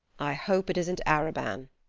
i hope it isn't arobin,